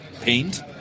paint